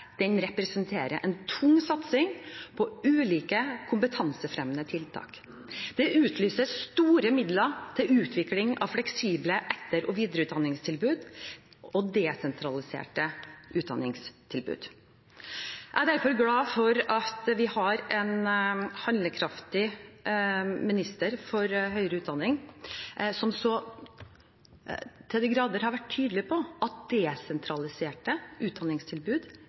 representerer en tung satsing på ulike kompetansefremmende tiltak. Det utlyses store midler til utvikling av fleksible etter- og videreutdanningstilbud og til desentraliserte utdanningstilbud. Jeg er derfor glad for at vi har en handlekraftig statsråd for høyere utdanning, som så til de grader har vært tydelig på at desentraliserte utdanningstilbud